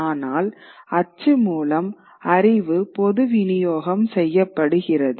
ஆனால் அச்சு மூலம் அறிவு பொது விநியோகம் செய்யப்படுகிறது